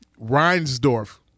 Reinsdorf